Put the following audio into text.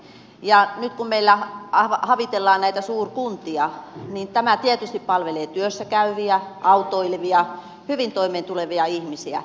ja nyt kun meillä havitellaan näitä suurkuntia niin tämä tietysti palvelee työssäkäyviä autoilevia ja hyvin toimeentulevia ihmisiä